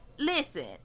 Listen